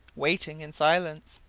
waiting in silence.